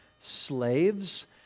slaves